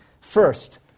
First